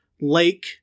lake